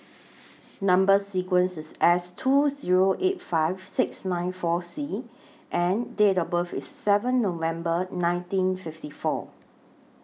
Number sequence IS S two Zero eight five six nine four C and Date of birth IS seven November nineteen fifty four